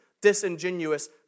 disingenuous